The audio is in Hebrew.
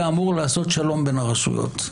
היה אמור לעשות שלום בין הרשויות.